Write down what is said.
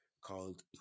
called